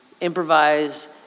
improvise